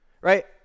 right